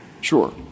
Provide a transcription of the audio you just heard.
Sure